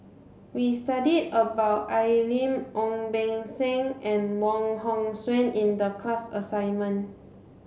we studied about Al Lim Ong Beng Seng and Wong Hong Suen in the class assignment